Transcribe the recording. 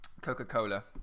Coca-Cola